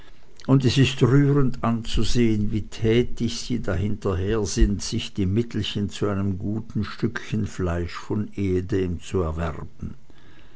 und es ist rührend anzusehen wie tätig sie dahinter her sind sich die mittelchen zu einem guten stückchen fleisch von ehedem zu erwerben